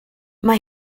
mae